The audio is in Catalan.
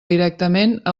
directament